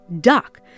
duck